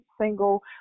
single